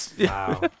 wow